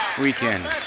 weekend